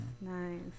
nice